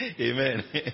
Amen